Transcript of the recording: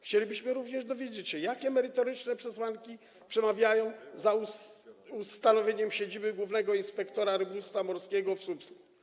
Chcielibyśmy również dowiedzieć się, jakie merytoryczne przesłanki przemawiają za ustanowieniem siedziby głównego inspektora rybactwa morskiego w Słupsku.